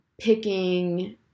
picking